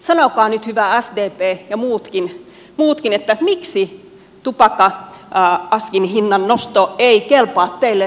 sanokaa nyt hyvä sdp ja muutkin miksi tupakka askin hinnannosto ei kelpaa teille vaihtoehdoksi